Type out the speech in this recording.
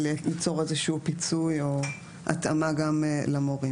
ליצור איזשהו פיצוי או התאמה גם למורים